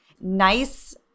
nice